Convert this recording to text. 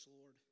Lord